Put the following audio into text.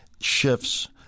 shifts